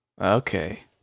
Okay